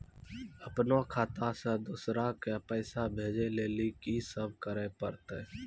अपनो खाता से दूसरा के पैसा भेजै लेली की सब करे परतै?